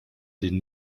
den